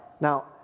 Now